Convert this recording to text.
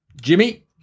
Jimmy